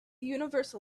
universal